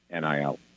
NIL